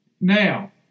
Now